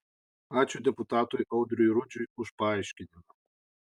ačiū deputatui audriui rudžiui už paaiškinimą